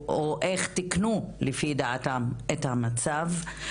או איך תיקנו לפי דעתם את המצב.